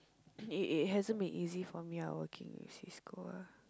it it hasn't been easy for me ah working in Cisco ah